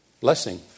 blessing